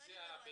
מי זה?